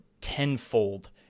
tenfold